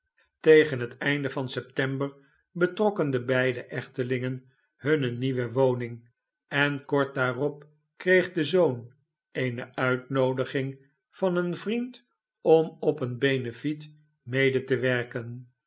tegen het einde van september betrokken de beide echtolingen hunne nieuwe woning en kort daarop kreeg de zoon eene uitnoodiging van een vriend om op een beneflet mede te werken